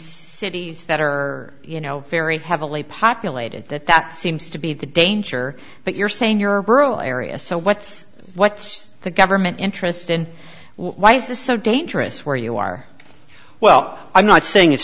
cities that are you know very heavily populated that that seems to be the danger but you're saying you're a girl area so what's what's the government interest in why is this so dangerous where you are well i'm not saying it's